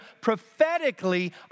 prophetically